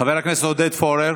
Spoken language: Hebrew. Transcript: חבר הכנסת עודד פורר.